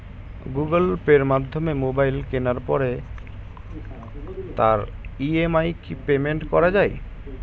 Google Pay মাধ্যমে mobile কেনার পরে তার ই.এম.আই কি পেমেন্ট করা যায়?